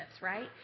right